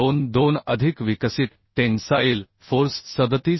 22 अधिक विकसित tensile force 37